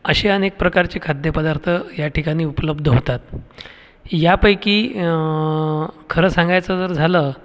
असे अनेक प्रकारचे खाद्यपदार्थ या ठिकाणी उपलब्ध होतात यापैकी खरं सांगायचं जर झालं